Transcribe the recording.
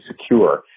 secure